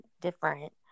different